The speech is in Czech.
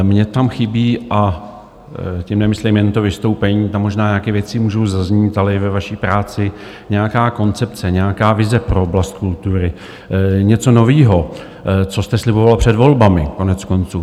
Mně tam chybí a tím nemyslím jen to vystoupení, tam možná nějaké věci můžou zaznít, ale i ve vaší práci nějaká koncepce, nějaká vize pro oblast kultury, něco nového, co jste sliboval před volbami koneckonců.